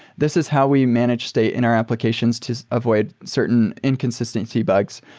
this is how we manage state in our applications to avoid certain inconsistency bugs.